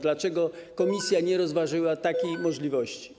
Dlaczego komisja nie rozważyła takiej możliwości?